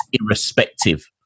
irrespective